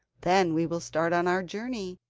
then we will start on our journey,